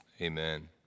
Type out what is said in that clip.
Amen